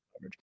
coverage